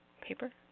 paper